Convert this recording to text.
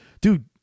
dude